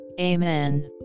Amen